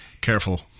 Careful